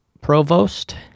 Provost